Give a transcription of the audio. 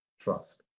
trust